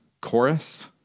chorus